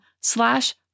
slash